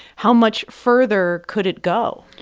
how much further could it go?